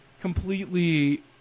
completely